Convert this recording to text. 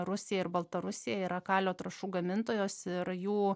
rusija ir baltarusija yra kalio trąšų gamintojos ir jų